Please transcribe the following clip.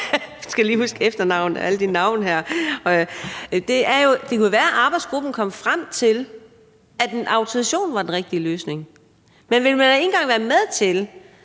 jeg lige huske efternavnet og alle de navne her – at arbejdsgruppen kom frem til, at en autorisation var den rigtige løsning. Men man ville ikke engang være med til,